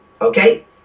okay